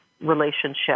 relationship